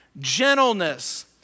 gentleness